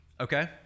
Okay